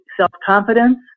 self-confidence